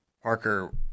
Parker